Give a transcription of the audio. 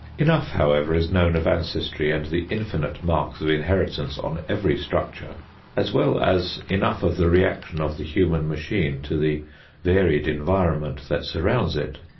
enough, however, is known of ancestry and the infinite marks of inheritance on every structure as well as enough of the reaction of the human machine to the varied environment that surrounds it,